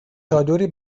چادری